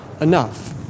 enough